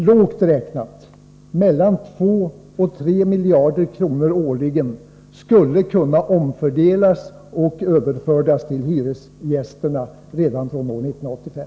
Lågt räknat mellan 2 och 3 miljarder årligen skulle kunna omfördelas och överföras till hyresgästerna redan från år 1985.